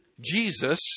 Jesus